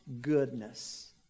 goodness